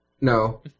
No